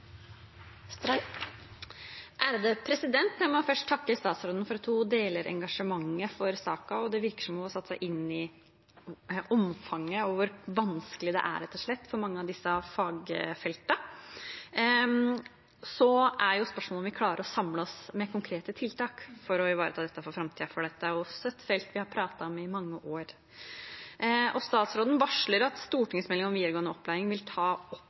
at hun deler engasjementet for saken, og det virker som om hun har satt seg inn i omfanget og hvor vanskelig det er, rett og slett, for mange av disse fagfeltene. Så er jo spørsmålet om vi klarer å samle oss om konkrete tiltak for å ivareta disse for framtiden, for dette er jo også et felt vi har pratet om i mange år. Statsråden varsler at stortingsmeldingen om videregående opplæring vil ta opp